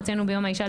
הוצאנו ביום האישה.